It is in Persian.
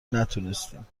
نتونستیم